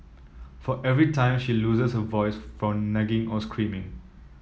for every time she loses her voice from nagging or screaming